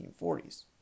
1940s